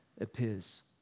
appears